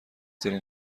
دارین